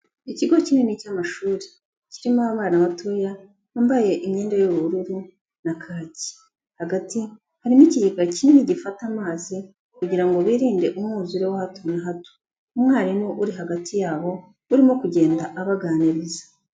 Ikigo kinini cy'amashuri kirimo abana batoya bambaye imyenda y'ubururu na kaki, hagati harimo ikigega kinini gifata amazi kugira ngo birinde umwuzure wa hato na hato, umwarimu uri hagati yabo urimo kugenda abaganiriza.